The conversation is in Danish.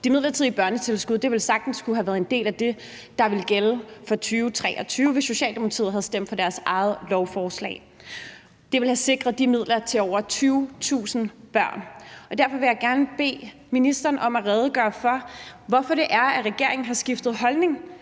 Det midlertidige børnetilskud ville sagtens have kunnet være en del af det, der ville gælde for 2023, hvis Socialdemokratiet havde stemt for deres eget lovforslag. Det ville have sikret de midler til over 20.000 børn. Derfor vil jeg gerne bede ministeren om at redegøre for, hvorfor regeringen har skiftet holdning